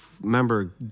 remember